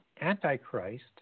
Antichrist